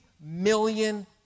million